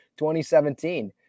2017